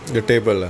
the table lah